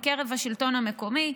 מקרב השלטון המקומי,